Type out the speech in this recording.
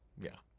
yeah.